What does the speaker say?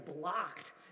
blocked